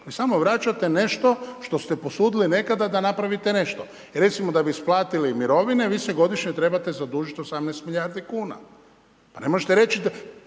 samo vraćate nešto što ste posudili nekada da napravite nešto. Recimo da bi isplatili mirovine, vi se godišnje trebate zadužiti 18 milijardi kuna. Pa ne možete reći,